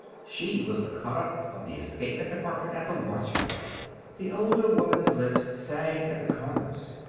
she was the cutup of the escapement department at the watch factory the older woman's lips sagged at the corners.